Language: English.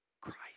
Christ